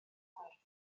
gwyrdd